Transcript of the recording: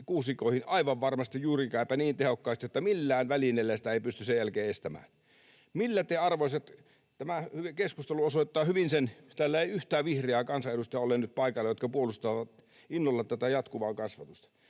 aivan varmasti juurikääpä niin tehokkaasti, että millään välineellä sitä ei pysty sen jälkeen estämään. Millä te, arvoisat… — Tämä keskustelu osoittaa hyvin sen, että täällä ei ole nyt paikalla yhtään vihreää kansanedustajaa, jotka puolustavat innolla tätä jatkuvaa kasvatusta.